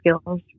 skills